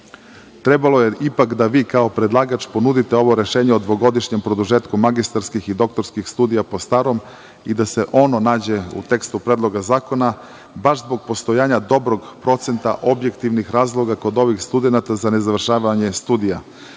osnova. Trebalo je ipak da vi, kao predlagač, ponudite ovo rešenje o dvogodišnjem produžetku magistarskih i doktorskih studija po starom i da se ono nađe u tekstu Predloga zakona, baš zbog postojanja dobrog procenta objektivnih razloga kod ovih studenata za ne završavanje studija. Mislim